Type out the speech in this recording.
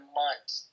months